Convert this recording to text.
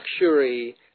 luxury